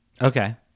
Okay